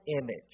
image